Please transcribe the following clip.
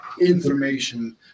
information